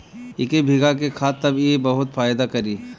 इके भीगा के खा तब इ बहुते फायदा करि